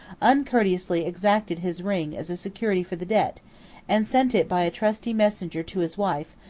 uncourteously exacted his ring as a security for the debt and sent it by a trusty messenger to his wife,